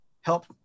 help